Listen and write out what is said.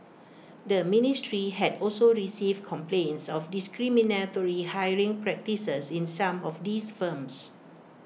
the ministry had also received complaints of discriminatory hiring practices in some of these firms